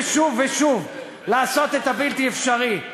ושוב ושוב לעשות את הבלתי-אפשרי,